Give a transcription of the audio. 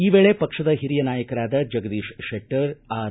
ಈ ವೇಳೆ ಪಕ್ಷದ ಹಿರಿಯ ನಾಯಕರಾದ ಜಗದೀಶ್ ಶೆಟ್ಟರ್ ಆರ್